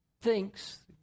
thinks